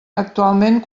actualment